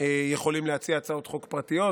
יכולים להציע הצעות חוק פרטיות,